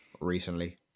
recently